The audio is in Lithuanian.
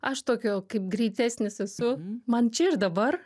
aš tokio kaip greitesnis esu man čia ir dabar